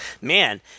man